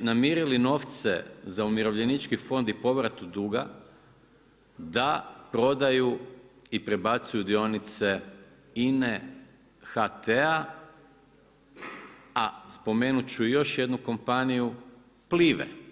namirili novce za umirovljenički fond i povrat duga da prodaju i prebacuju dionice INA-e, HT-a, a spomenuti ću još jednu kompaniju Plive.